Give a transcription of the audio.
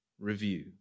review